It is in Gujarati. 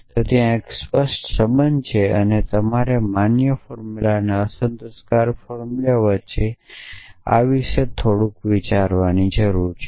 તેથી ત્યાં એક સ્પષ્ટ સંબંધ છે અને તમારે માન્ય ફોર્મુલા અને અસંતોષકારક ફોર્મુલા વચ્ચે આ વિશે થોડુંક વિચારવાની જરૂર છે